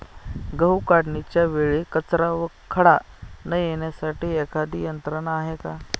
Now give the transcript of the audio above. गहू काढणीच्या वेळी कचरा व खडा न येण्यासाठी एखादी यंत्रणा आहे का?